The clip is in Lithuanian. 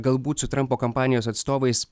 galbūt su trampo kompanijos atstovais